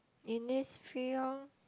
in this field